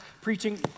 preaching